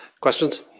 questions